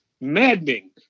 maddening